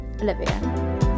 Olivia